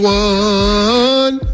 one